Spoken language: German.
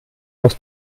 aus